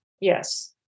Yes